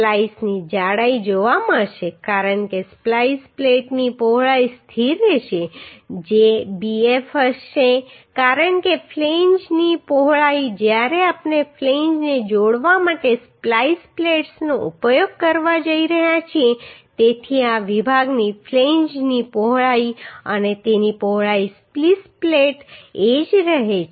સ્પ્લાઈસની જાડાઈ જોવા મળશે કારણ કે સ્પ્લાઈસ પ્લેટની પહોળાઈ સ્થિર રહેશે જે bf હશે કારણ કે ફ્લેંજની પહોળાઈ જ્યારે આપણે ફ્લેંજને જોડવા માટે સ્પ્લાઈસ પ્લેટ્સનો ઉપયોગ કરવા જઈ રહ્યા છીએ તેથી આ વિભાગની ફ્લેંજની પહોળાઈ અને તેની પહોળાઈ સ્પ્લીસ પ્લેટ એ જ રહે છે